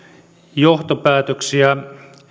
johtopäätöksiä